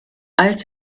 als